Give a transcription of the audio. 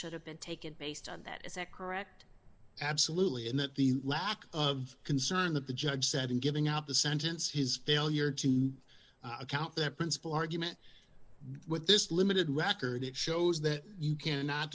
should have been taken based on that is that correct absolutely and that the lack of concern that the judge said in giving out the sentence he is failure to account their principal argument with this limited record that shows that you cannot